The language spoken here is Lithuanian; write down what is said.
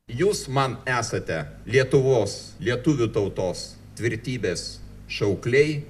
jūs man esate lietuvos lietuvių tautos tvirtybės šaukliai